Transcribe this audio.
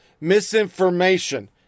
misinformation